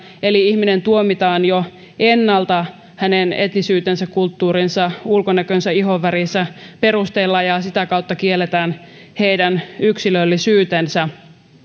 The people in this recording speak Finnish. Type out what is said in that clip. eli ihminen tuomitaan jo ennalta hänen etnisyytensä kulttuurinsa ulkonäkönsä ihonvärinsä perusteella ja sitä kautta kielletään heidän yksilöllisyytensä